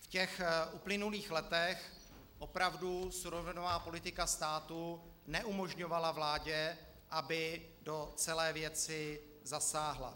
V těch uplynulých letech opravdu surovinová politika státu neumožňovala vládě, aby do celé věci zasáhla.